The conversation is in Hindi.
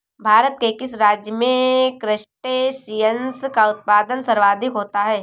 भारत के किस राज्य में क्रस्टेशियंस का उत्पादन सर्वाधिक होता है?